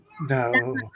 No